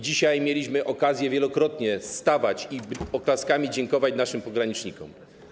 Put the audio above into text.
Dzisiaj mieliśmy okazję wielokrotnie stawać i oklaskami dziękować naszym pogranicznikom.